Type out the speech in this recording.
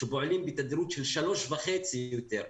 שפועלים בתדירות של שלוש וחצי יותר.